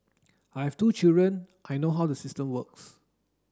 I have two children I know how the system works